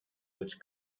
which